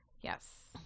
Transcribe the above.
Yes